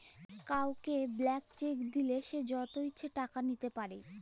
কাউকে blank cheque দিলে সে যত ইচ্ছা টাকা লিতে পারে